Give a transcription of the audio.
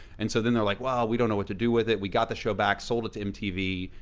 and so then they're like, well, we don't know what to do with it. we got the show back, sold it to mtv,